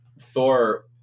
Thor